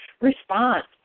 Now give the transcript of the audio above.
response